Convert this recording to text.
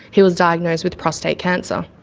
he was diagnosed with prostate cancer.